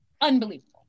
unbelievable